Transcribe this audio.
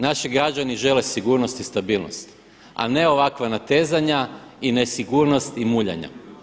Naši građani žele sigurnost i stabilnost, a ne ovakva natezanja i nesigurnost i muljanja.